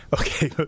Okay